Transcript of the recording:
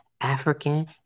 African